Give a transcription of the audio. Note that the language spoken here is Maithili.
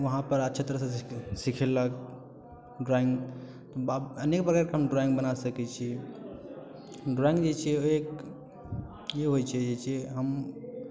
वहाँपर अच्छा तरहसँ सिखेलक ड्रॉइंग आब अनेक प्रकारके हम ड्रॉइंग बना सकै छी ड्रॉइंग जे छै ओ एक की होइ छै जे छै हम